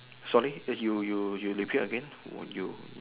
sorry you repeat again